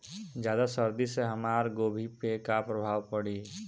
ज्यादा सर्दी से हमार गोभी पे का प्रभाव पड़ी?